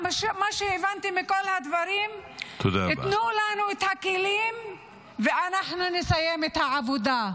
מה שהבנתי מכל הדברים: תנו לנו את הכלים ואנחנו נסיים את העבודה.